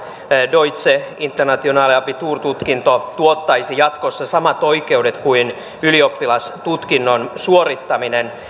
deutsche internationale abitur tutkinto tuottaisi jatkossa samat oikeudet kuin ylioppilastutkinnon suorittaminen